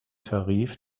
tarif